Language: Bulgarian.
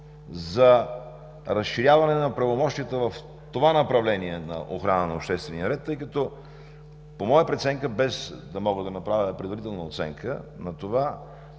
за разширяване на правомощията в това направление на охрана на обществения ред, тъй като, по моя преценка, без да мога да направя предварителна оценка на това,